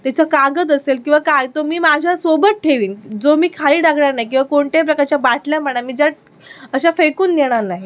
त्याचा कागद असेल किंवा काय तो मी माझ्या सोबत ठेवेन जो मी खाली टाकणार नाही किंवा कोणत्याही प्रकारच्या बाटल्या म्हणा मी ज्या अश्या फेकून देणार नाही